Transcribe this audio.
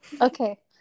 Okay